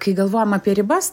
kai galvojam apie ribas